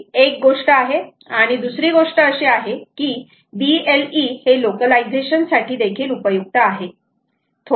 हि एक गोष्ट आहे आणि दुसरी गोष्ट अशी आहे की BLE हे लोकलायझेशन साठी देखील उपयुक्त आहे